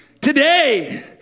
today